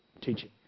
teaching